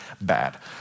bad